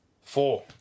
Four